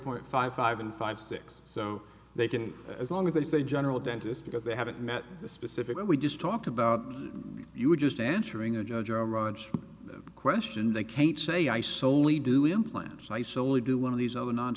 point five five and five six so they can as long as they say general dentist because they haven't met the specific we just talked about you just entering a judge or raj question they can't say i soly do implants nice only do one of these other non